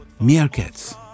meerkats